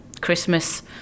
Christmas